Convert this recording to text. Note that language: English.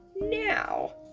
now